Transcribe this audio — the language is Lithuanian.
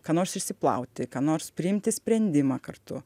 ką nors išsiplauti ką nors priimti sprendimą kartu